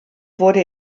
wurde